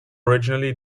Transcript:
originally